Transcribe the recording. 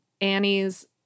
Annie's